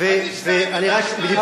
ומה אתך?